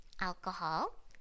alcohol